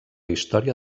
història